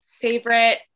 favorite